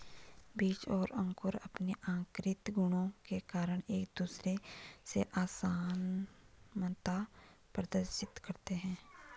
बीज और अंकुर अंपने आतंरिक गुणों के कारण एक दूसरे से असामनता प्रदर्शित करते हैं